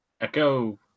Echo